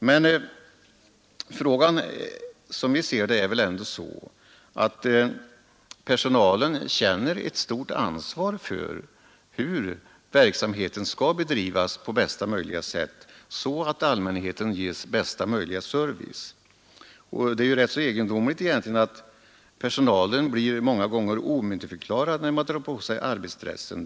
Men som vi upplever det känner ändå personalen ett stort ansvar för hur verksamheten skall bedrivas på bästa möjliga sätt, så att allmänheten ges bästa möjliga service. Det är egentligen rätt egendomligt att personalen blir omyndigförklarad efter att ha dragit på sig arbetsdressen.